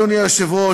אדוני היושב-ראש,